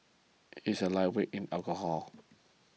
he is a lightweight in alcohol